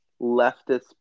leftist